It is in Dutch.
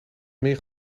meer